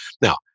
Now